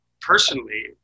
personally